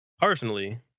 Personally